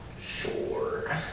Sure